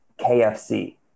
KFC